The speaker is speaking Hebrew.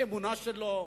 באמונה שלו,